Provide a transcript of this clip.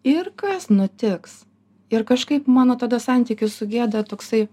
ir kas nutiks ir kažkaip mano tada santykis su gėda toksai